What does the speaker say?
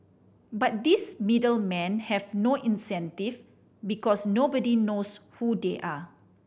but these middle men have no incentive because nobody knows who they are